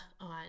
on